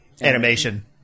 animation